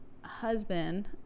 husband